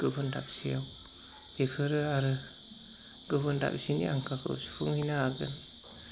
गुबुन दाबसेयाव बेफोरो आरो गुबुन दाबसेनि आंखालखौ सुफुंहैनो हागोन